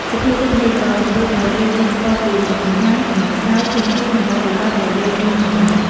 សុភាសិតនេះក៏ជំរុញឲ្យយើងចេះស្គាល់ពីចំណុចខ្លាំង ចំណុចខ្សោយ ធនធាន និងបទពិសោធន៍ដែលយើងមានផងដែរ។